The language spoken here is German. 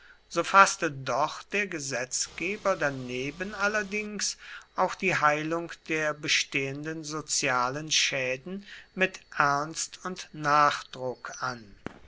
so faßte doch der gesetzgeber daneben allerdings auch die heilung der bestehenden sozialen schäden mit ernst und nachdruck an